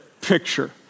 picture